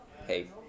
hey